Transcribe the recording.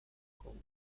cold